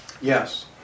Yes